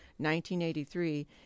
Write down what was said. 1983